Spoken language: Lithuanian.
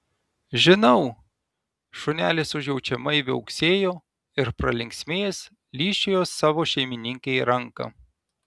žinau šunelis užjaučiamai viauksėjo ir pralinksmėjęs lyžčiojo savo šeimininkei ranką